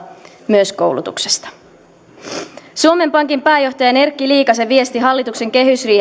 myös koulutuksesta suomen pankin pääjohtajan erkki liikasen viesti hallituksen kehysriihessä eilen oli että